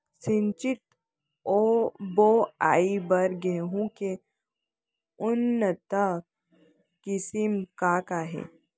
सिंचित बोआई बर गेहूँ के उन्नत किसिम का का हे??